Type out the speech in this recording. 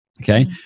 Okay